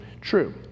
true